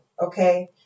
okay